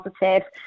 positive